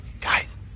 Guys